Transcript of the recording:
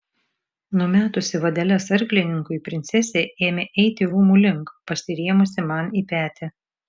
numetusi vadeles arklininkui princesė ėmė eiti rūmų link pasirėmusi man į petį